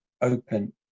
open